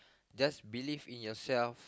just believe in yourself